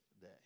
day